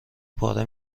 پاره